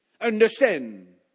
understand